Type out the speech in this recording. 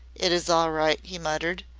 it is all right, he muttered.